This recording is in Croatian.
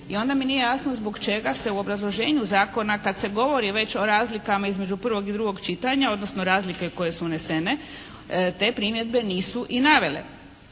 i onda mi nije jasno zbog čega se u obrazloženju zakona kad se govori već o razlikama između prvog i drugog čitanja, odnosno razlike koje su unesene, te primjedbe nisu i navele.